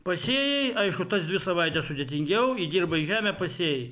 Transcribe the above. pasėjai aišku tas dvi savaites sudėtingiau įdirbai žemę pasėjai